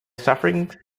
sufferings